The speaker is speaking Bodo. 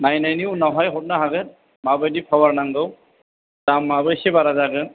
नायनायनि उनावहाय हरनो हागोन माबायदि पावार नांगौ दामाबो एसे बारा जागोन